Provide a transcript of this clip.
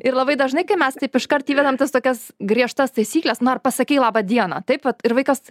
ir labai dažnai kai mes taip iškart įvedam tas tokias griežtas taisykles na ar pasakei laba diena taip vat ir vaikas